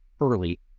early